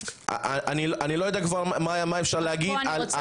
אני לא יודע כבר מה אפשר להגיד.